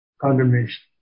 condemnation